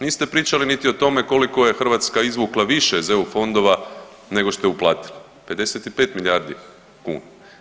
Niste pričali niti o tome koliko je Hrvatska izvukla više iz EU fondova nego što je uplatila, 55 milijardi kuna.